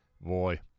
boy